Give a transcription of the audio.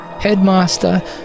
Headmaster